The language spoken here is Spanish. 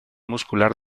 muscular